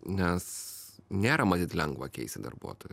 nes nėra matyt lengva keisti darbuotojų